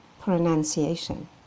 pronunciation